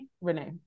Renee